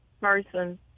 person